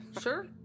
Sure